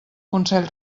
consell